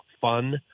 fun